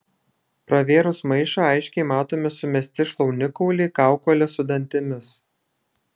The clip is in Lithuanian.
pravėrus maišą aiškiai matomi sumesti šlaunikauliai kaukolės su dantimis